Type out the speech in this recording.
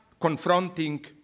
confronting